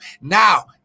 now